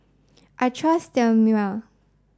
I trust Sterimar